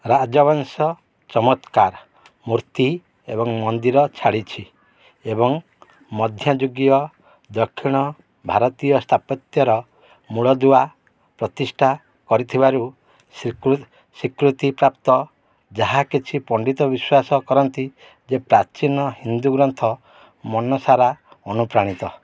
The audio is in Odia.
ରାଜବଂଶ ଚମତ୍କାର ମୂର୍ତ୍ତି ଏବଂ ମନ୍ଦିର ଛାଡ଼ିଛି ଏବଂ ମଧ୍ୟଯୁଗୀୟ ଦକ୍ଷିଣ ଭାରତୀୟ ସ୍ଥାପତ୍ୟର ମୂଳଦୁଆ ପ୍ରତିଷ୍ଠା କରିଥିବାରୁ ସ୍ୱୀକୃତିପ୍ରାପ୍ତ ଯାହା କିଛି ପଣ୍ଡିତ ବିଶ୍ୱାସ କରନ୍ତି ଯେ ପ୍ରାଚୀନ ହିନ୍ଦୁ ଗ୍ରନ୍ଥ ମନସାରା ଅନୁପ୍ରାଣିତ